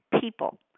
people